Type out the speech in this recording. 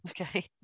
okay